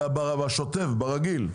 ברגיל.